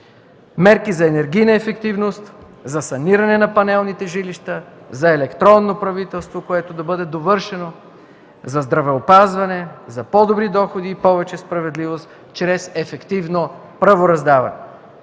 Мерки за енергийна ефективност, за саниране на панелните жилища, за електронно правителство, което да бъде довършено, за здравеопазване, за по-добри доходи и повече справедливост чрез ефективно правораздаване.